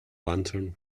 lantern